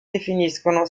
definiscono